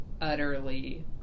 utterly